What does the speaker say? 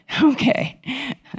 Okay